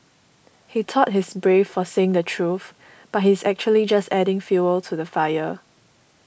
he thought he's brave for saying the truth but he's actually just adding fuel to the fire